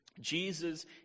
Jesus